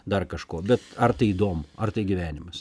dar kažko bet ar tai įdomu ar tai gyvenimas